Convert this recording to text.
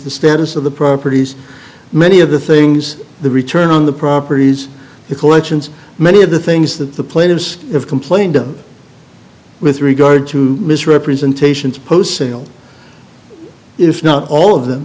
the status of the properties many of the things the return on the properties because actions many of the things that the plaintiffs have complained of with regard to misrepresentations post sale if not all of them